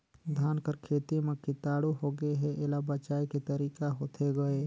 धान कर खेती म कीटाणु होगे हे एला बचाय के तरीका होथे गए?